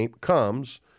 comes